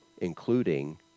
Including